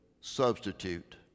substitute